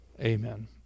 Amen